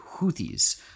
Houthis